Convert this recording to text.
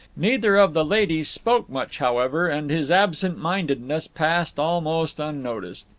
neither of the ladies spoke much, however, and his absent-mindedness passed almost unnoticed.